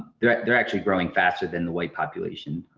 they're they're actually growing faster than the white population.